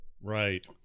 Right